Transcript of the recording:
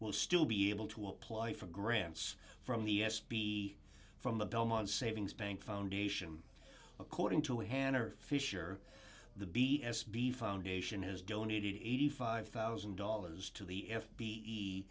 will still be able to apply for grants from the s b from the belmont savings bank foundation according to a hanger fisher the b s b foundation has donated eighty five thousand dollars to the f b